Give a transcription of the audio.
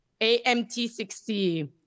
AMT60